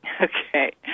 Okay